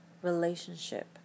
relationship